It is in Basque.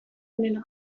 onena